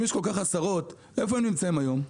אם יש עשרות משרות, איפה הם נמצאים היום?